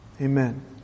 Amen